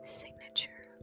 signature